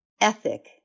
ethic